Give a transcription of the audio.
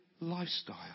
lifestyle